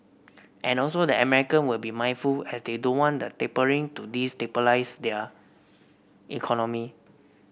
and also the American will be mindful as they don't want the tapering to destabilise their economy